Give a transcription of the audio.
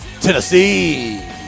Tennessee